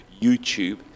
YouTube